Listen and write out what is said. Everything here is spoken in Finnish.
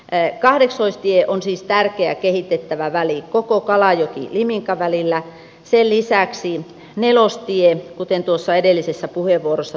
pe kahdestoista tie on siis tärkeä kehitettävä väli koko kalajoki liminka välillä se lisäisi nelostie kuten tuossa edellisessä puheenvuorossa